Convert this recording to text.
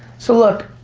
so look,